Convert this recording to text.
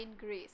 grace